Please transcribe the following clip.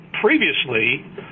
previously